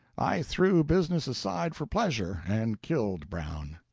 i threw business aside for pleasure, and killed brown.